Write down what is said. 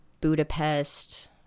Budapest